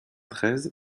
treize